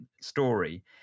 story